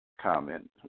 comment